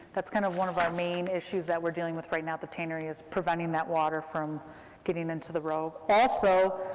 that's kind of one of our main issues that we're dealing with right now at the tannery, is preventing that water from getting into the rogue. also,